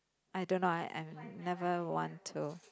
I don't know I I never want to